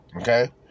Okay